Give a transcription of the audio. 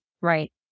Right